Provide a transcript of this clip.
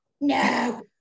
No